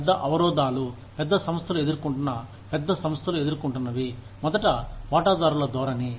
పెద్ద అవరోధాలు పెద్ద సంస్థలు ఎదుర్కొంటున్న పెద్ద సంస్థలు ఎదుర్కొంటున్నవి మొదట వాటాదారుల ధోరణి